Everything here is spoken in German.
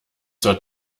zur